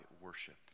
worship